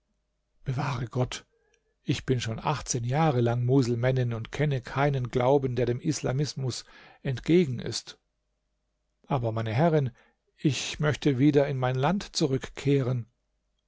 bewahre gott ich bin schon achtzehn jahre lang muselmännin und kenne keinen glauben der dem islamismus entgegen ist aber meine herrin ich möchte wieder in mein land zurückkehren